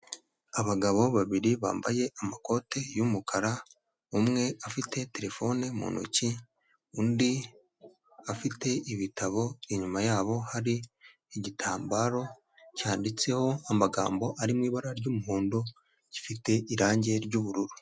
Abagabo babiri bambaye amakoti y'umukara, umwe afite telefone mu ntoki, undi afite ibitabo, inyuma yabo hari igitambaro cyanditseho amagambo ari mu ibara ry'umuhondo, gifite irangi ry'ubururu.